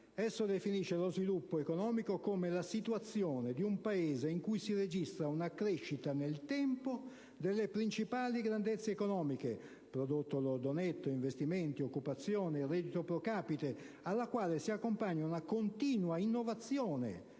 Esso definisce lo sviluppo economico come «la situazione di un Paese in cui si registra una crescita nel tempo delle principali grandezze economiche (prodotto lordo-netto, investimenti, occupazione, reddito *procapite*), alla quale si accompagna una continua innovazione